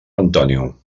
antonio